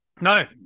no